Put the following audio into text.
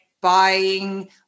buying